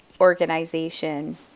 organization